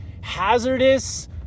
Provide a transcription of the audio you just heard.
hazardous